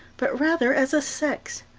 but rather as a sex.